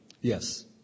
Yes